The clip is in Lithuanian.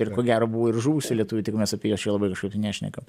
ir ko gero buvo ir žuvusių lietuvių tik mes apie juos čia labai kažkaip tai nešnekam